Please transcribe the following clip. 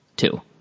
Two